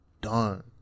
done